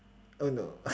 oh no